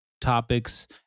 topics